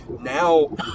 Now